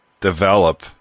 develop